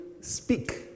speak